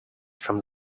from